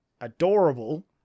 adorable